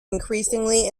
increasingly